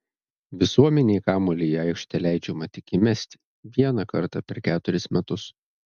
visuomenei kamuolį į aikštę leidžiama tik įmesti vieną kartą per keturis metus